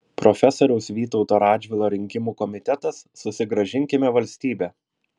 profesoriaus vytauto radžvilo rinkimų komitetas susigrąžinkime valstybę